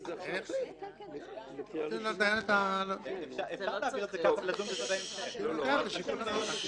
לעניין קטינים ---, צריך להבנות את שיקול הדעת.